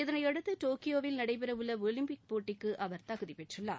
இதனையடுத்து டோக்கியோவில் நடைபெற உள்ள ஒலிம்பிக் போட்டிக்கு அவர் தகுதி பெற்றுள்ளார்